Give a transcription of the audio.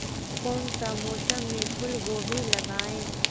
कौन सा मौसम में फूलगोभी लगाए?